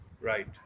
Right